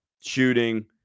Shooting